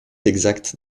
exacte